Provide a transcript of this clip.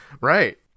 Right